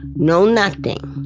no nothing.